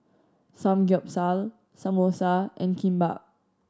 Samgeyopsal Samosa and Kimbap